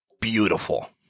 beautiful